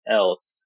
else